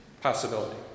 possibility